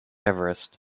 everest